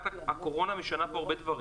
הקורונה משנה פה הרבה דברים,